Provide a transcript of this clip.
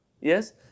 Yes